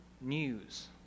news